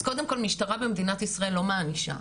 אז קודם כל משטרה במדינת ישראל לא מענישה,